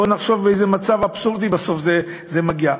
בואו נחשוב לאיזה מצב אבסורדי זה מגיע בסוף.